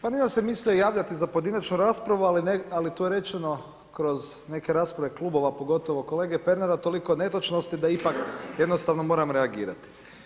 Pa nisam se mislio javljati za pojedinačnu raspravu, ali tu je rečeno kroz neke rasprave klubova, pogotovo kolege Pernara, toliko netočnosti da ipak, jednostavno moram reagirati.